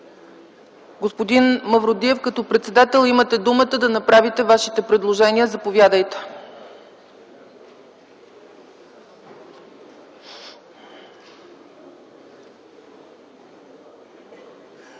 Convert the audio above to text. Господин Мавродиев, като председател, имате думата да направите Вашите предложения. Заповядайте.